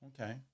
Okay